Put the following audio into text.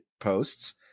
posts